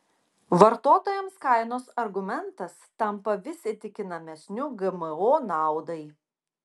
vartotojams kainos argumentas tampa vis įtikinamesniu gmo naudai